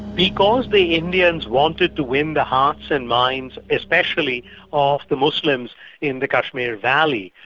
because the indians wanted to win the hearts and minds especially of the muslims in the kashmiri valley,